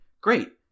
Great